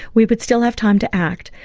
we would still have time to act.